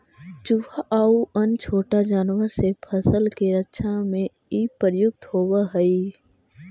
चुहा आउ अन्य छोटा जानवर से फसल के रक्षा में इ प्रयुक्त होवऽ हई